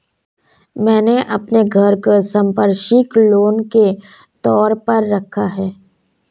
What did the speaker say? मैंने अपने घर को संपार्श्विक लोन के तौर पर रखा है